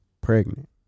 pregnant